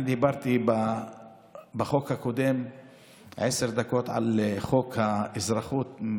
אני דיברתי בחוק הקודם עשר דקות על חוק האזרחות,